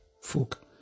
folk